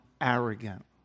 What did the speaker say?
arrogant